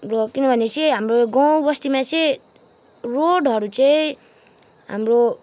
र किनभने चाहिँ हाम्रो गाउँ बस्तीमा चाहिँ रोडहरू चाहिँ हाम्रो